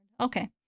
Okay